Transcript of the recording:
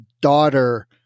daughter